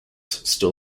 still